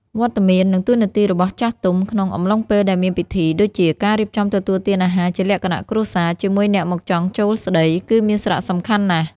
វត្តមាន និង តួនាទីរបស់ចាស់ទុំក្នុង អំឡុងពេលដែលមានពិធី ដូចជា ការរៀបចំទទួលទានអាហារជាលក្ខណៈគ្រួសារ ជាមួយអ្នកមកចង់ចូលស្តី គឺមានសារៈសំខាន់ណាស់។